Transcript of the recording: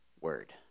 word